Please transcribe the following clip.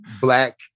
Black